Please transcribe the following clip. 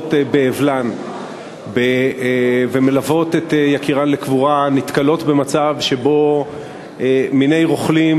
שנמצאות באבלן ומלוות את יקירן לקבורה נתקלות במצב שבו מיני רוכלים,